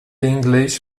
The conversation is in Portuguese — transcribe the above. inglês